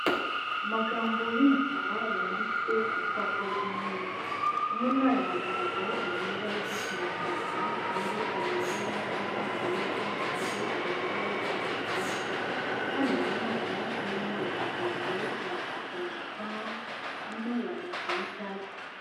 Amagambo y'umukara yanditse ku rupapuro rw'umweru, amwe muri ayo magambo ari mu ibara ry'lkinyarwanda, andi ari mu ibara ry'lcyongereza, andi ari mu ibara ry'lgifaransa, kandi nanone amwe muri ayo magambo yanditswe mu mukono, andi yanditswe mu cyapa.